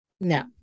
No